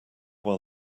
while